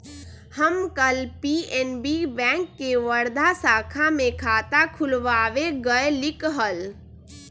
हम कल PNB bank के वर्धा शाखा में खाता खुलवावे गय लीक हल